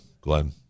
Glenn